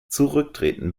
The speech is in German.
zurücktreten